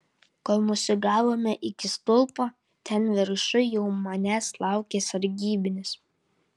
kol nusigavome iki stulpo ten viršuj jau manęs laukė sargybinis